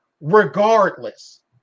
regardless